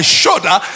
shoulder